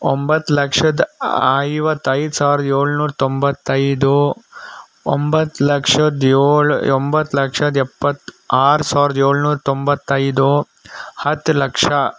ಒಂಬತ್ತು ಲಕ್ಷದ ಐವತ್ತೈದು ಸಾವಿರದ ಏಳು ನೂರ ತೊಂಬತ್ತೈದು ಒಂಬತ್ತು ಲಕ್ಷದ ಏಳು ಒಂಬತ್ತು ಲಕ್ಷದ ಎಪ್ಪತ್ತ ಆರು ಸಾವಿರದ ಏಳು ನೂರ ತೊಂಬತ್ತೈದು ಹತ್ತು ಲಕ್ಷ